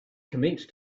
commenced